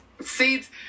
seeds